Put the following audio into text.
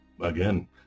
again